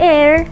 Air